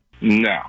no